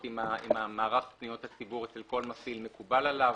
אם מערך פניות הציבור אצל כל מפעיל מקובל עליו,